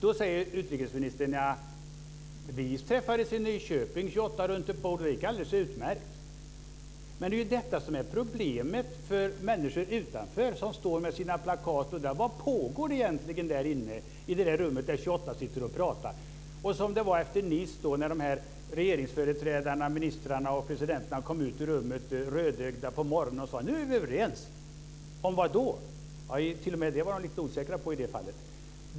Då säger utrikesministern att företrädare för 28 länder träffades runt ett bord i Nyköping, och att det gick alldeles utmärkt. Men det är ju detta som är problemet för människor utanför. De står där med sina plakat och undrar vad som egentligen pågår i det där rummet där 28 personer sitter och pratar. Efter mötet i Nice kom regeringsföreträdarna, ministrarna och presidenterna, rödögda ut ur rummet på morgonen och sade att man var överens. Om vad då? De var t.o.m. lite osäkra på det i det fallet.